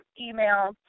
email